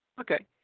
Okay